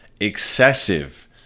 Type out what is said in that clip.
excessive